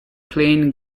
plane